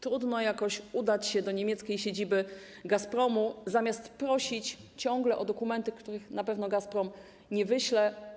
Trudno jakoś udać się do niemieckiej siedziby Gazpromu zamiast prosić ciągle o dokumenty, których na pewno Gazprom nie wyśle.